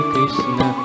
Krishna